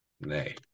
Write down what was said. Nay